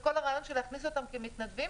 וכל הרעיון של להכניס אותם כמתנדבים